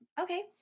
Okay